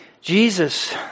Jesus